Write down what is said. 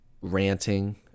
ranting